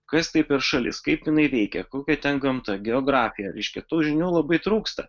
kas tai per šalis kaip jinai veikia kokia ten gamta geografija reiškia tų žinių labai trūksta